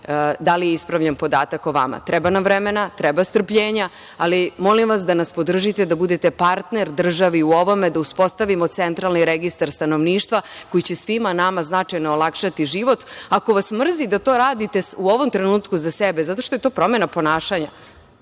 da li je ispravljen podatak o vama. Treba nam vremena, treba strpljenja, ali molim vas da nas podržite da budete partner državi u ovome, da uspostavimo centralni registar stanovništva koji će svima nama značajno olakšati život. Ako vas mrzi da to radite u ovom trenutku za sebe zato što je to promena ponašanja,